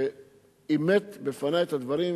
שאימת בפני את הדברים.